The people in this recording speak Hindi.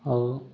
और